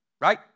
right